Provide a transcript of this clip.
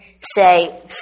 say